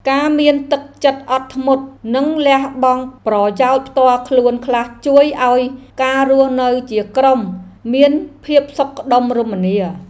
ការមានទឹកចិត្តអត់ធ្មត់ និងលះបង់ប្រយោជន៍ផ្ទាល់ខ្លួនខ្លះជួយឱ្យការរស់នៅជាក្រុមមានភាពសុខដុមរមនា។